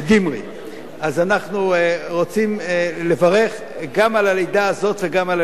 אז אנחנו רוצים לברך גם על הלידה הזאת וגם על הלידה הזאת.